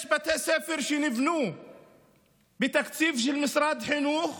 יש בתי ספר שנבנו בתקציב של משרד החינוך